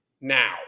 now